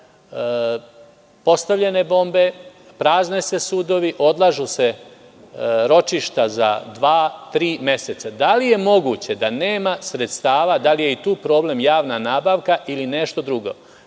postavljene bombe, prazne se sudovi, odlažu se ročišta za dva, tri meseca. Da li je moguće da nema sredstava, da li je i tu problem javna nabavka ili nešto drugo?